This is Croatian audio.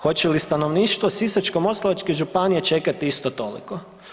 Hoće li stanovništvo Sisačko-moslavačke županije čekati isto toliko?